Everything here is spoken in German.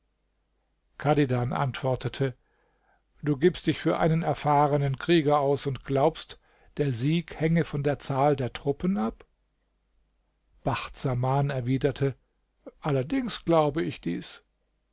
chadidan antwortete du gibst dich für einen erfahrenen krieger aus und glaubst der sieg hänge von der zahl der truppen ab bacht saman erwiderte allerdings glaube ich dies